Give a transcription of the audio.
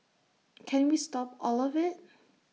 can we stop all of IT